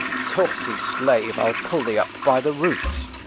saucy slave, i ll pull thee up by the roots.